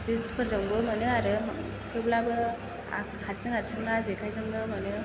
सिफोरजोंबो मोनो आरो थेवब्लाबो आं हारसिं हारसिंब्ला जेखायजोंनो मोनो